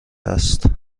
است